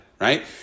right